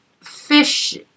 fish